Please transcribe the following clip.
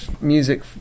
music